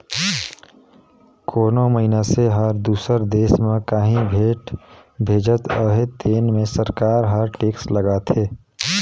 कोनो मइनसे हर दूसर देस में काहीं भेंट भेजत अहे तेन में सरकार हर टेक्स लगाथे